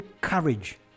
courage